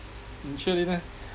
in cheerleader